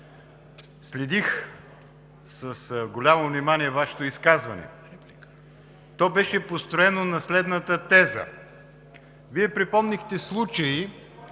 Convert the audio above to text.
Следих с голямо внимание Вашето изказване. То беше построено на следната теза: Вие припомнихте случаи